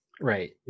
Right